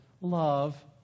love